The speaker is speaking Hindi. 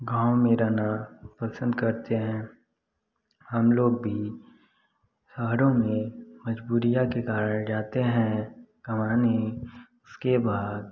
गाँव में रहना पसंद करते हैं हम लोग भी शहरों में मजबूरियाँ के कारण जाते हैं कमाने उसके बाद